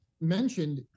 mentioned